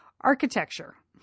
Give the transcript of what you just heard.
architecture